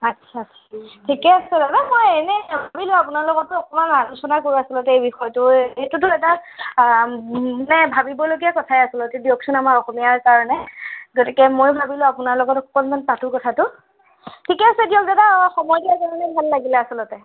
আচ্ছা ঠিকে আছে বাৰু মই এনে ভাবিলো আপোনাৰ লগতো অকণমান আলোচনা কৰো আচলতে এই বিষয়টো এইটোতো এটা মানে ভাবিবলগীয়া কথা আচলতে দিয়কচোন আমাৰ অসমীয়াৰ কাৰণে গতিকে মই ভাবিলো আপোনাৰ লগত অকণমান পাতো কথাটো ঠিকে আছে দিয়ক দাদা সময় দিয়াৰ কাৰণে ভাল লাগিলে আচলতে